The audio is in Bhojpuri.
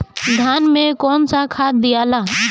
धान मे कौन सा खाद दियाला?